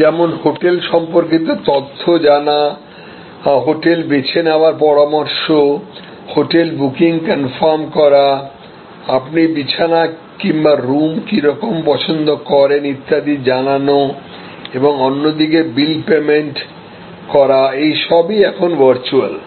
যেমন হোটেল সম্পর্কিত তথ্য জানা হোটেল বেছে নেওয়ার পরামর্শ হোটেল বুকিং কনফার্ম করা আপনি বিছানা কিংবা রুম কি রকম পছন্দ করেন ইত্যাদি জানানো এবং অন্যদিকে বিল পেমেন্ট করা এইসবই এখন ভার্চুয়াল